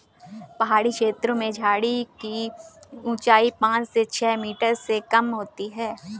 पहाड़ी छेत्रों में झाड़ी की ऊंचाई पांच से छ मीटर से कम होती है